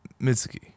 Mitsuki